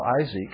Isaac